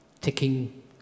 taking